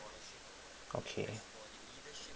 okay